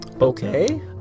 okay